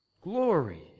glory